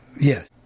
Yes